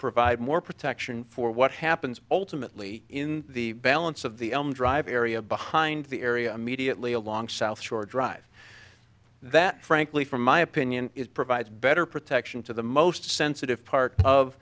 provide more protection for what happens ultimately in the balance of the drive area behind the area immediately along south shore drive that frankly from my opinion it provides better protection to the most sensitive part